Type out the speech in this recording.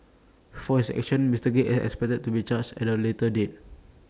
for his actions Mister gill is expected to be charged at A later date